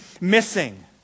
missing